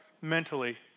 mentally